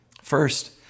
First